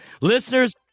Listeners